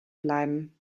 bleiben